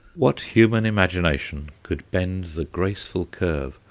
what human imagination could bend the graceful curve,